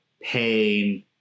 pain